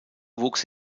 wuchs